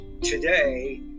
today